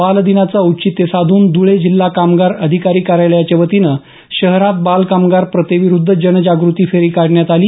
बालदिनाचं औचित्त साधून धुळे जिल्हा कामगार अधिकारी कार्यालयाच्या वतीनं शहरात बालकामगार प्रथेविरुद्ध जनजागृती फेरी आज काढण्यात आली